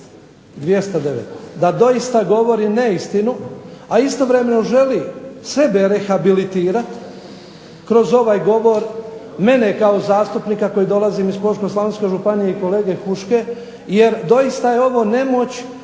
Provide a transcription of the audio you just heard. doista govori neistinu, a istovremeno želi sebe rehabilitirati kroz ovaj govor, mene kao zastupnika koji dolazim iz POžeško-slavonske županije i kolege Huške jer doista je ovo nemoć